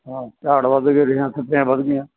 ਹਾਂ ਝਾੜ ਵੱਧ ਗਏ ਰੇਹਾਂ ਸਪਰੇਹਾਂ ਵੱਧ ਗਈਆਂ